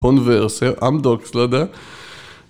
פון ועושה אמדוקס, לא יודע?